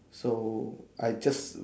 so I just